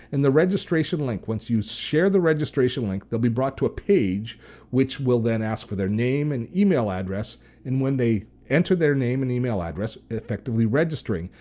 and the registration link, once you share the registration link, they'll be brought to a page which will then ask for their name and email address and when they enter their name and email address, effectively registering,